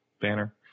banner